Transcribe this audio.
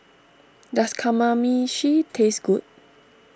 does Kamameshi taste good